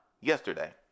yesterday